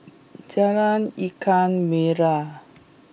Jalan Ikan Merah